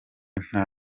nta